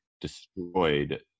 destroyed